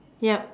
yup